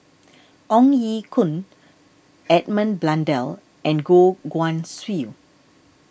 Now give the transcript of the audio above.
Ong Ye Kung Edmund Blundell and Goh Guan Siew